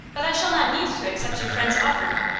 but i shall not need to accept your friend's offer.